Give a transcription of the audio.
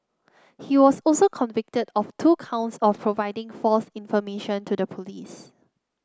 he was also convicted of two counts of providing false information to the police